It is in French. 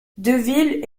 deville